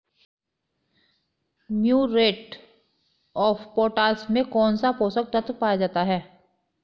Muriate of potash में कौन सा पोषक तत्व पाया जाता है?